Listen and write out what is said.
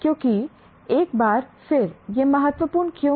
क्योंकि एक बार फिर यह महत्वपूर्ण क्यों है